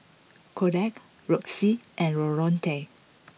Koda Roxie and Loretto